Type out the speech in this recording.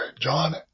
John